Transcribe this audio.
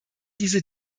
diese